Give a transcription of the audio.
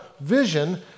Vision